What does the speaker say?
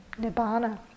nibbana